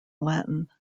latin